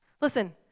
Listen